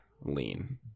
lean